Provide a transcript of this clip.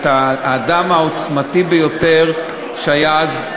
האדם העוצמתי ביותר שהיה אז,